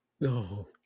no